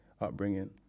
upbringing